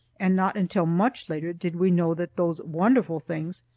and not until much later did we know that those wonderful things,